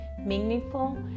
meaningful